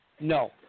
No